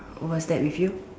was that with you